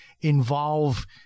involve